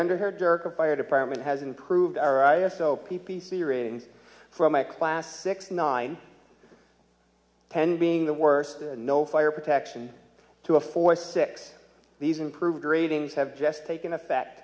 under her dark a fire department has improved our i s o p p c rating from a class six nine ten being the worst no fire protection to a four six these improved ratings have just taken effect